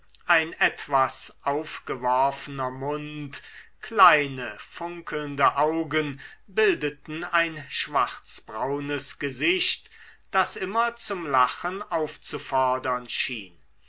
ein etwas aufgeworfener mund kleine funkelnde augen bildeten ein schwarzbraunes gesicht das immer zum lachen aufzufordern schien